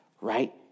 right